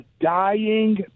dying